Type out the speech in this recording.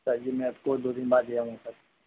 sir यह मैं आपको दो दिन बाद ले आऊँगा सर